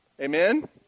Amen